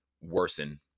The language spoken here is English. worsen